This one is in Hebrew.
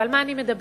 ועל מה אני מדברת?